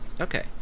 Okay